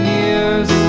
years